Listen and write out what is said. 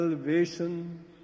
Salvation